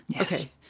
Okay